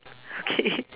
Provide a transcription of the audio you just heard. okay